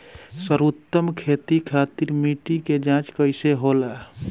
सर्वोत्तम खेती खातिर मिट्टी के जाँच कइसे होला?